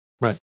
right